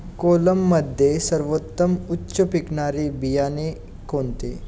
कोलममध्ये सर्वोत्तम उच्च पिकणारे बियाणे कोणते?